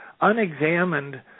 unexamined